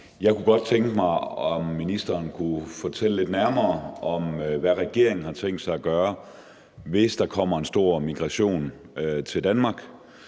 Jeg kunne godt tænke mig at høre, om ministeren kunne fortælle lidt nærmere om, hvad regeringen har tænkt sig at gøre, hvis der kommer en stor migration til Danmark.